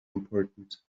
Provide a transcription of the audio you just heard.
important